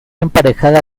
emparejada